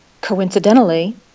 coincidentally